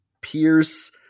Pierce